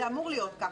זה אמור להיות כך.